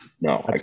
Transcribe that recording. no